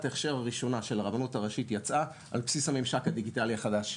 ההכשר הראשונה של הרבנות הראשית יצאה על בסיס הממשק הדיגיטלי החדש,